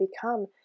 become